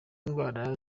ndwara